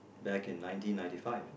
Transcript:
back in nineteen ninety five